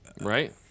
Right